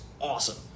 awesome